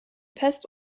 pest